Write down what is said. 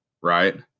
right